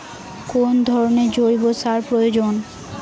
কোন ধরণের জৈব সার প্রয়োজন?